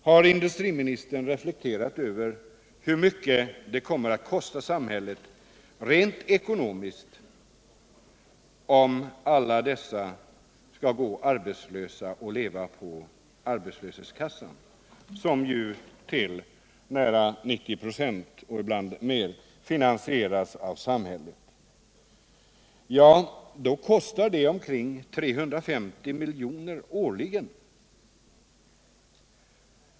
Har industriministern reflekterat över hur mycket det kommer att kosta samhället rent ekonomiskt? Om alla dessa människor skall gå arbetslösa och leva på arbetslöshetskassan, som ju till nära 90 96 och ibland mer finansieras av samhället, kostar det omkring 350 miljoner årligen.